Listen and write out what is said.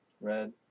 Red